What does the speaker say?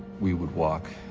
we would walk,